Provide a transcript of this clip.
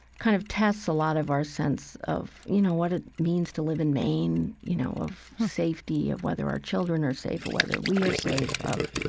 kind of tests a lot of our sense of, you know, what it means to live in maine, you know, of safety, of whether our children are safe or whether we are safe, of,